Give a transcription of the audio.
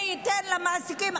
זה ייתן למעסיקים,